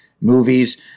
movies